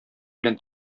белән